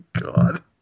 God